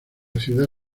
ciudad